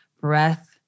Breath